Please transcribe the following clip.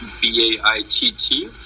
B-A-I-T-T